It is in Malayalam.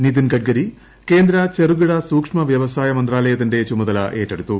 നിതിൻ ഗഡ്കരി കേന്ദ്ര ചെറുകിട സൂക്ഷ്മ വൃവസായ മന്ത്രാലയത്തിന്റെ ചുമതല ഏറ്റെടുത്തു